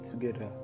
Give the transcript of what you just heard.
together